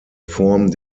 form